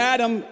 Adam